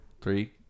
Three